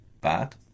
bad